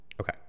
Okay